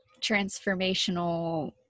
transformational